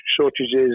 shortages